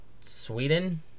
Sweden